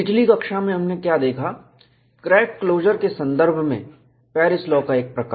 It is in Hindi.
पिछली कक्षा में हमने क्या देखा क्रैक क्लोजर के संदर्भ में पेरिस लॉ का एक प्रकार